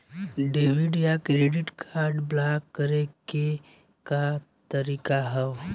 Debit या credit card block करे के का तरीका ह?